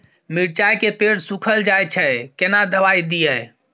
मिर्चाय के पेड़ सुखल जाय छै केना दवाई दियै?